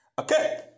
Okay